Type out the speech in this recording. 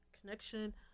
Connection